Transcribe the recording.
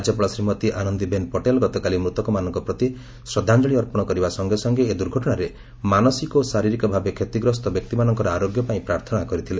ରାଜ୍ୟପାଳ ଶ୍ରୀମତୀ ଆନନ୍ଦିବେନ୍ ପଟେଲ ଗତକାଲି ମୃତକମାନଙ୍କ ପ୍ରତି ଶବ୍ଧାଞ୍ଜଳି ଅର୍ପଣ କରିବା ସଙ୍ଗେ ସଙ୍ଗେ ଏ ଦୂର୍ଘଟଣାରେ ମାନସିକ ଓ ଶାରିରୀକ ଭାବେ କ୍ଷତିଗ୍ସ୍ତ ବ୍ୟକ୍ତିମାନଙ୍କର ଆରୋଗ୍ୟ ପାଇଁ ପ୍ରାର୍ଥନା କରିଥିଲେ